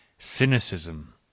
cynicism